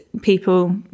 people